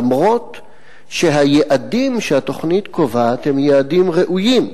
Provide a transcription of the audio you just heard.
אף שהיעדים שהתוכנית קובעת הם יעדים ראויים.